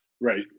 Right